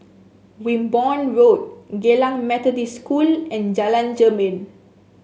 Wimborne Road Geylang Methodist School and Jalan Jermin